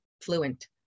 fluent